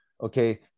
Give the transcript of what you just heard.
okay